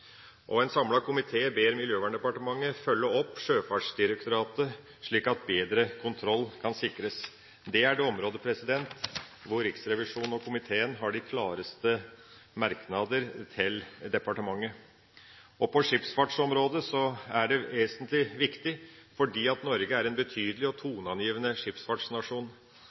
En samlet komité ber Miljøverndepartementet følge opp Sjøfartsdirektoratet, slik at bedre kontroll kan sikres. Det er det området hvor Riksrevisjonen og komiteen har de klareste merknader til departementet. På skipsfartsområdet er det vesentlig viktig, fordi Norge er en betydelig og toneangivende skipsfartsnasjon.